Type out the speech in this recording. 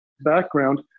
background